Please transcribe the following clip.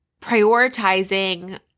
prioritizing